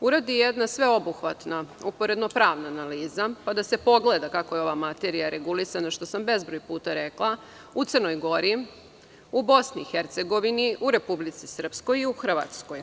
uradi jedna sveobuhvatna uporedno-pravna analiza pa da se pogleda kako je ova materija regulisana, što sam bezbroj puta rekla, u Crnoj Gori, BiH, u Republici Srpskoj i u Hrvatskoj.